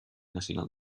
nacional